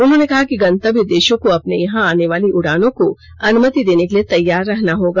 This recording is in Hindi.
उन्होंने कहा कि गंतव्य देशों को अपने यहां आने वाली उड़ानों को अनुमति देने के लिए तैयार रहना होगा